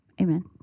amen